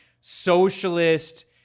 socialist